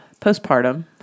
postpartum